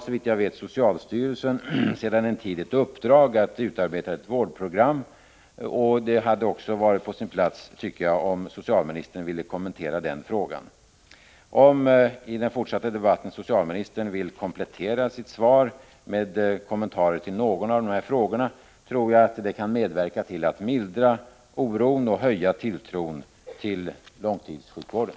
Såvitt jag vet har socialstyrelsen i uppdrag att utarbeta ett vårdprogram, och det hade också varit på sin plats, tycker jag, att socialministern kommenterade den frågan. Om socialministern i den fortsatta debatten vill komplettera sitt svar med kommentarer till någon av de här frågorna, tror jag att det skulle kunna medverka till att mildra oron och höja tilltron till långtidssjukvården.